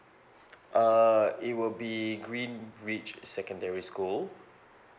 err it will be greenwich secondary school